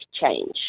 change